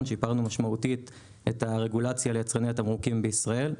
שיפרנו משמעותית את הרגולציה ליצרני התמרוקים בישראל.